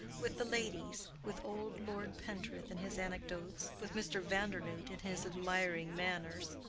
with the ladies, with old lord pentreath and his anecdotes, with mr. vandernoodt and his admiring manners.